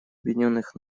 объединенных